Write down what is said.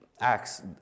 Acts